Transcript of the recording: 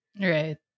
Right